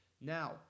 Now